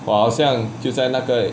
我好像就在那个